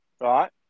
Right